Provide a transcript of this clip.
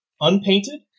unpainted